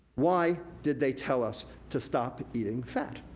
why did they tell us to stop eating fat?